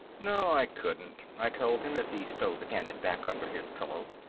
no i couldn't, i told him, as he stowed the cannon back under his pillow.